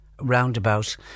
roundabout